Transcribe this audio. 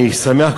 אני שמח,